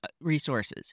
resources